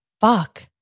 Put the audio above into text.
Fuck